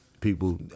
people